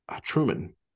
truman